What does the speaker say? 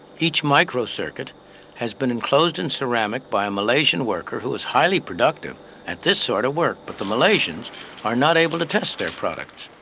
each microcircuit has been enclosed in ceramic by a malaysian worker who is highly productive at this sort of work. but the malaysians are not able to test their products,